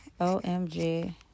OMG